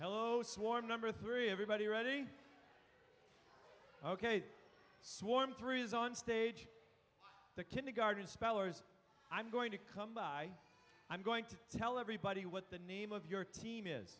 hello swarm number three everybody ready ok swarm through is on stage the kindergarten spellers i'm going to come by i'm going to tell everybody what the name of your team is